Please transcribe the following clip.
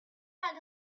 had